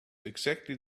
exactly